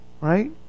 right